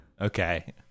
Okay